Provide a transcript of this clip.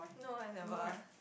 no I never